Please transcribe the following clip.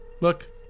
Look